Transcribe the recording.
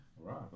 Right